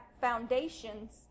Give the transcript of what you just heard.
foundations